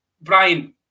Brian